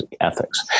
ethics